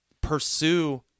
Pursue